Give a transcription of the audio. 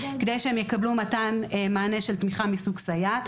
כדי שהם יקבלו מענה של תמיכה מסוג סייעת.